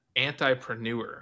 antipreneur